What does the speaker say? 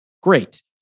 Great